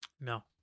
No